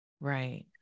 Right